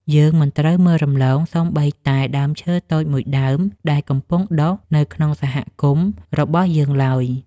យើងមិនត្រូវមើលរំលងសូម្បីតែដើមឈើតូចមួយដើមដែលកំពុងដុះនៅក្នុងសហគមន៍របស់យើងឡើយ។